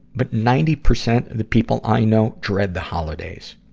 but ninety percent of the people i know dread the holidays.